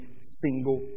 single